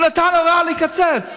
והוא נתן הוראה לקצץ.